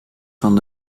van